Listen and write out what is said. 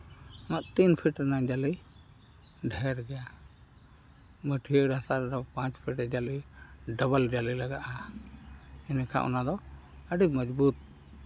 ᱟᱢᱟᱜ ᱛᱤᱱ ᱯᱷᱩᱴ ᱨᱮᱭᱟᱜᱡᱟᱹᱞᱤ ᱰᱷᱮᱹᱨ ᱜᱮᱭᱟ ᱢᱟᱹᱴᱭᱟᱹᱲ ᱦᱟᱥᱟ ᱨᱮᱫᱚ ᱯᱟᱸᱪ ᱯᱷᱩᱴ ᱡᱟᱹᱞᱤ ᱰᱚᱵᱚᱞ ᱡᱟᱹᱞᱤ ᱞᱟᱜᱟᱜᱼᱟ ᱮᱸᱰᱮᱠᱷᱟᱡ ᱚᱱᱟᱫᱚ ᱟᱹᱰᱤ ᱢᱚᱡᱽᱵᱩᱛ ᱨᱟᱠᱟᱵᱼᱟ